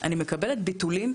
אני מקבלת ביטולים.